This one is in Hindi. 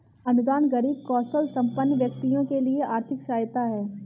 अनुदान गरीब कौशलसंपन्न व्यक्तियों के लिए आर्थिक सहायता है